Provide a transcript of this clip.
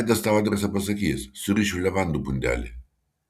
aidas tau adresą pasakys surišiu levandų pundelį